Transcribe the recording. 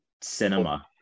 cinema